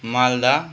Malda